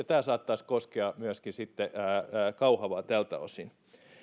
tämä saattaisi koskea myöskin sitten kauhavaa tältä osin